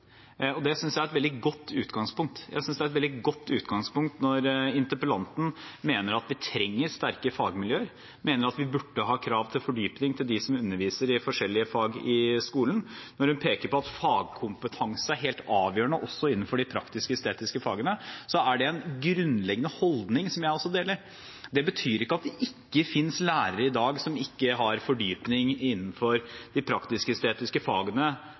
krav? Det synes jeg er et veldig godt utgangspunkt. Jeg synes det er et veldig godt utgangspunkt når interpellanten mener at vi trenger sterke fagmiljøer, og at vi burde ha krav om fordypning til dem som underviser i forskjellige fag i skolen. Når hun peker på at fagkompetanse er helt avgjørende også innenfor de praktisk-estetiske fagene, er det en grunnleggende holdning som også jeg deler. Det betyr ikke at det ikke finnes lærere i dag som ikke har fordypning innenfor de praktisk-estetiske fagene,